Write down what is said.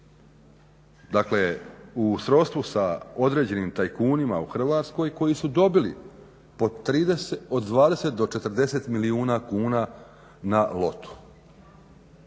osobe u srodstvu sa određenim tajkunima u Hrvatskoj koji su dobili od 20 do 40 milijuna kuna na Loto-u.